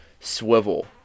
swivel